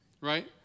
Right